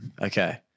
Okay